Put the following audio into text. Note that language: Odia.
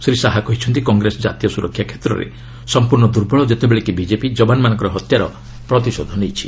ଶ୍ରୀ ଶାହା କହିଛନ୍ତି କଂଗ୍ରେସ ଜାତୀୟ ସ୍ୱରକ୍ଷା କ୍ଷେତ୍ରରେ ସମ୍ପର୍ଣ୍ଣ ଦୂର୍ବଳ ଯେତେବେଳେ କି ବିଜେପି ଯବାନମାନଙ୍କ ହତ୍ୟାର ପ୍ରତିଶୋଧ ନେଇଛି